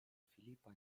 filipa